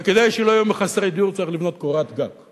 וכדי שלא יהיו לנו חסרי דיור, צריך לבנות קורת גג,